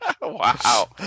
Wow